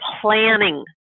planning